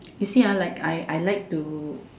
you see ah like I I like to